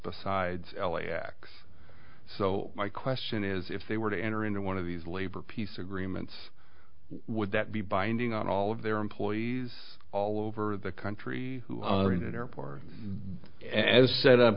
besides l a x so my question is if they were to enter into one of these labor peace agreements would that be binding on all of their employees all over the country or in an airport as set up